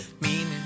meaning